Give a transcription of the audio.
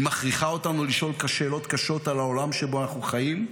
היא מכריחה אותנו לשאול שאלות קשות על העולם שבו אנחנו חיים,